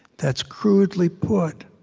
that's crudely put,